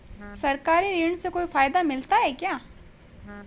सरकारी ऋण से कोई फायदा मिलता है क्या?